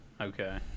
Okay